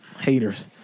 Haters